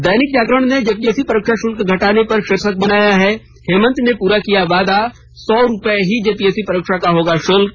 दैनिक जागरण ने जेपीएससी परीक्षा शुल्क घटाने पर शीर्षक बनाया है हेमंत ने पूरा किया वादा अब सौ रूपये ही जेपीएससी परीक्षा का होगा शुल्क